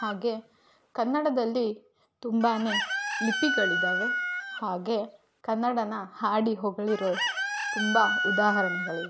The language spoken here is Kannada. ಹಾಗೆ ಕನ್ನಡದಲ್ಲಿ ತುಂಬಾ ಲಿಪಿಗಳಿದ್ದಾವೆ ಹಾಗೆ ಕನ್ನಡನ ಹಾಡಿ ಹೊಗಳಿರೊ ತುಂಬ ಉದಾಹರಣೆಗಳಿವೆ